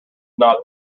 not